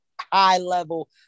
high-level